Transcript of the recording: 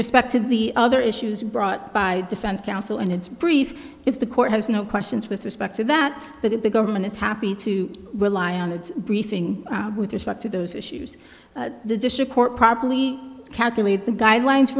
respect to the other issues brought by defense counsel and it's brief if the court has no questions with respect to that the government is happy to rely on its briefing with respect to those issues the district court probably calculate the guidelines